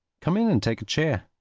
come in and take a chair.